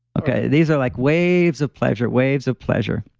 okay, these are like waves of pleasure, waves of pleasure.